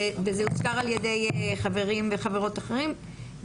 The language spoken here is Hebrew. וזה הוזכר על ידי חברים וחברות אחרים,